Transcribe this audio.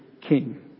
king